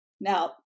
Now